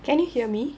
can you hear me